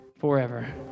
forever